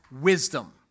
wisdom